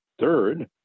third